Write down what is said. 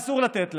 אסור לתת להם.